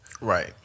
Right